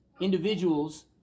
individuals